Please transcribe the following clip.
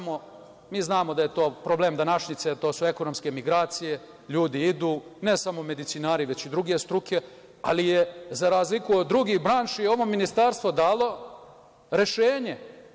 Mi znamo da je to problem današnjice, to su ekonomske migracije, ljudi idu, ne samo medicinari, već i druge struke, ali je za razliku od drugih branši ovo Ministarstvo dalo je rešenje.